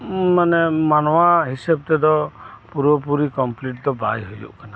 ᱢᱟᱱᱮ ᱢᱟᱱᱣᱟ ᱦᱤᱥᱟᱹᱵ ᱛᱮᱫᱚ ᱯᱩᱨᱟᱹ ᱯᱩᱨᱤ ᱠᱚᱢᱯᱞᱤᱴ ᱫᱚ ᱵᱟᱭ ᱦᱩᱭᱩᱜ ᱠᱟᱱᱟ